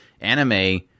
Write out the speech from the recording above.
anime